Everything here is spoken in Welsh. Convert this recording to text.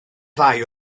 ddau